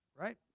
Right